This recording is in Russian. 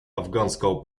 афганского